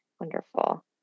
wonderful